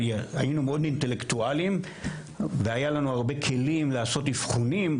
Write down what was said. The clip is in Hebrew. היינו מאוד אינטלקטואלים והיה לנו הרבה כלים לעשות אבחונים,